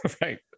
right